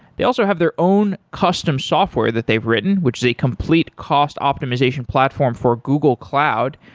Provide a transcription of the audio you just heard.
they also have their own custom software that they've written, which is a complete cost optimization platform for google cloud,